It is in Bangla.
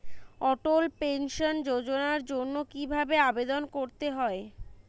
অটল পেনশন যোজনার জন্য কি ভাবে আবেদন করতে হয়?